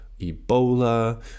Ebola